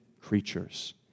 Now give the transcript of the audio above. creatures